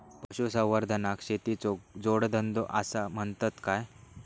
पशुसंवर्धनाक शेतीचो जोडधंदो आसा म्हणतत काय?